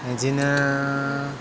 बिदिनो